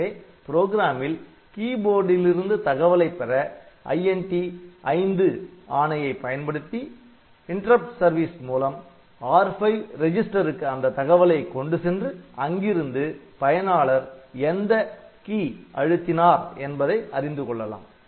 எனவே புரோகிராமில் கீபோர்டுலிருந்து தகவலை பெற INT 5 ஆணையை பயன்படுத்தி இடைமறி சேவை மூலம் R5 ரெஜிஸ்டருக்கு அந்த தகவலை கொண்டு சென்று அங்கிருந்து பயனாளர் எந்த கீ அழுத்தினார் என்பதை அறிந்து கொள்ளலாம்